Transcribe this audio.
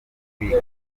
kwiga